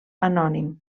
anònim